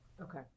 Okay